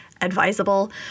advisable